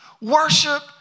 Worship